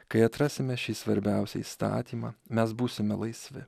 kai atrasime šį svarbiausią įstatymą mes būsime laisvi